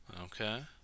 Okay